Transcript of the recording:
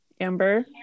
Amber